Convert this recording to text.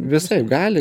visai gali